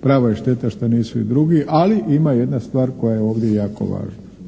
Prava je šteta šta nisu i drugi ali ima jedna stvar koja je ovdje jako važna.